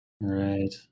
Right